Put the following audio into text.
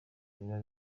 biba